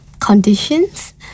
conditions